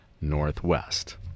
Northwest